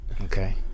Okay